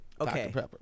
okay